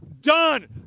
done